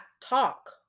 talk